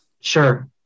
Sure